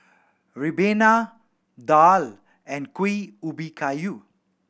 ribena daal and Kuih Ubi Kayu